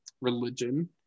religion